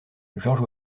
george